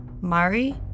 Mari